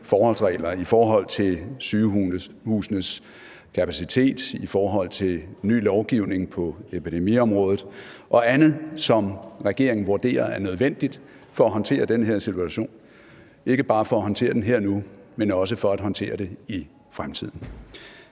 forholdsregler i forhold til sygehusenes kapacitet, i forhold til ny lovgivning på epidemiområdet og andet, som regeringen vurderer er nødvendigt for at håndtere den her situation – ikke bare for at håndtere den her og nu, men også for at håndtere det i fremtiden.